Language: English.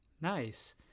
Nice